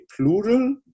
plural